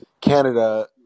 Canada